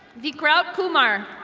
decrab kumar.